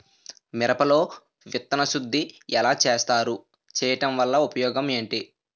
మిరప లో విత్తన శుద్ధి ఎలా చేస్తారు? చేయటం వల్ల ఉపయోగం ఏంటి?